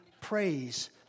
praise